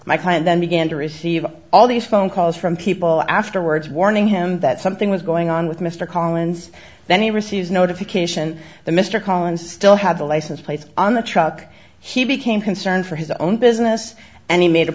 my client then began to receive all these phone calls from people afterwards warning him that something was going on with mr collins then he received notification the mr collins still had the license plates on the truck he became concerned for his own business and he made a